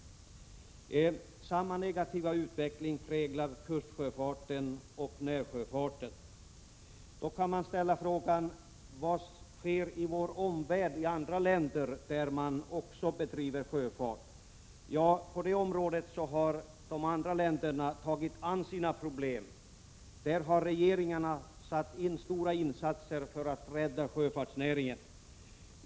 Samma negativa utveckling präglar kustsjöfarten och närsjöfarten. Man kan ställa frågan: Vad sker i vår omvärld, i andra länder där man också bedriver sjöfart? Ja, de andra länderna har tagit sig an sina problem. Där har regeringarna gjort stora insatser för att rädda sjöfartsnäringen.